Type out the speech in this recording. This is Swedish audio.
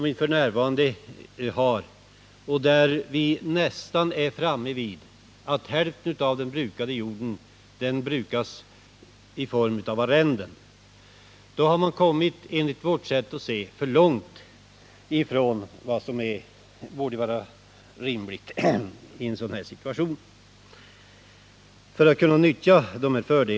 Vi är ju nästan framme vid den situationen att hälften av den brukade jorden brukas på arrende. Då har man, enligt vårt sätt att se, kommit för långt ifrån vad som borde vara rimligt.